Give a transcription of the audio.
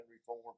reform